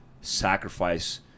sacrifice